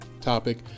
topic